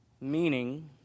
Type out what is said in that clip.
meaning